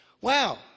Wow